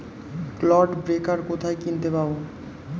Clod breaker কোথায় কিনতে পাব?